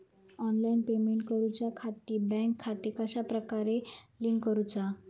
Online payment करुच्याखाती bank खाते कश्या प्रकारे लिंक करुचा?